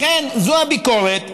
לכן, זו הביקורת.